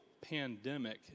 pandemic